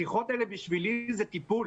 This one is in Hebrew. השיחות האלה בשבילי זה טיפול.